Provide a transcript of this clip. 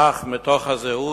אך מתוך זהות